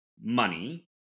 money